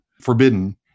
forbidden